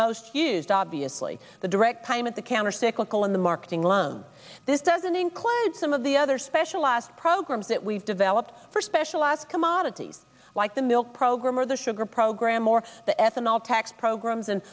most used obviously the direct payment the countercyclical in the marketing loan this doesn't include some of the other special last programs that we've developed for specialized commodities like the milk program or the sugar program or the ethanol tax programs and